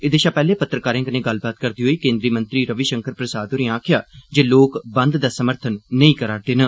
एह्दे शा पैह्ले पत्रकारें कन्नै गल्लबात करदे होई केन्द्री मंत्री रवि शंकर प्रसाद होरें आखेआ जे लोक बंद दा समर्थन नेई करा'रदे न